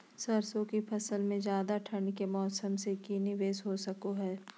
सरसों की फसल में ज्यादा ठंड के मौसम से की निवेस हो सको हय?